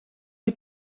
you